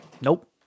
Nope